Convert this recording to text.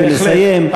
ולסיים.